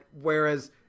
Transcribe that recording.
whereas